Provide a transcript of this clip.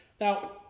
Now